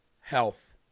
health